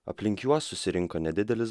aplink juos susirinko nedidelis